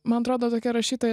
man atrodo tokia rašytoja